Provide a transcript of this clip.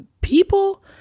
people